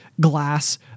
glass